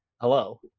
Hello